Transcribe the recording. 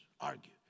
argue